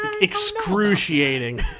excruciating